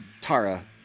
Tara